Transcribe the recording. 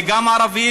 זה גם ערבים,